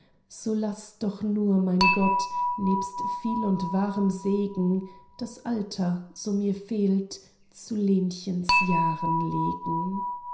so laß doch nur mein gott nebst viel und wahrem segen das alter so mir fehlt zu lenchens jahren legen